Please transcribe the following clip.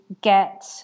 get